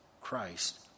Christ